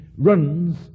runs